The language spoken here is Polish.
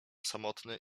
samotny